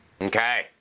Okay